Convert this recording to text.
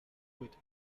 with